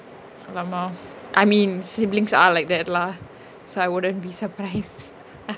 I mean siblings are like that lah so I wouldn't be surprised